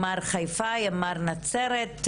חיפה, ימ"ר נצרת,